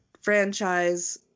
franchise